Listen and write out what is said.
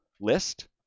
list